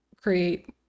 create